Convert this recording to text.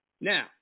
Now